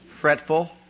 fretful